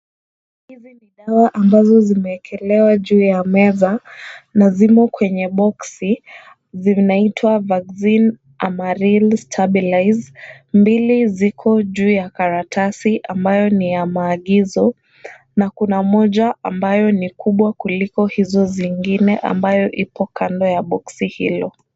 Hizi ni dawa ambazo zimewekelewa juu ya meza na zimo kwenye box , zinaitwa Vaccine Amaril Stabilise. Mbili ziko juu ya karatasi ambayo ni ya maagizo na kuna moja ambayo ni kubwa kuliko hizo zingine, ambayo ipo kando ya box hilo.